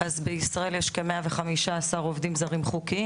בישראל יש כ-115 אלף עובדים זרים חוקיים